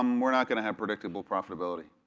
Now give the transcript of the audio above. um we're not going to have predictable profitability.